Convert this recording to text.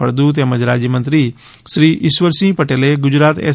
ફળદુ તેમજ રાજ્યમંત્રી શ્રી ઇશ્વરસિંહ પટેલે ગુજરાત એસ